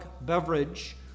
beverage